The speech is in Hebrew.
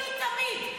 היינו תמיד.